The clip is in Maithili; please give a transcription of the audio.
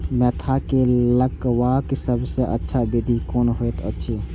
मेंथा के लगवाक सबसँ अच्छा विधि कोन होयत अछि?